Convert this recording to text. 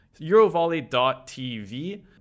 eurovolley.tv